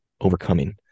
overcoming